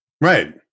Right